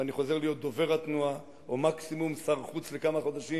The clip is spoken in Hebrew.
ואני חוזר להיות דובר התנועה או מקסימום שר חוץ לכמה חודשים,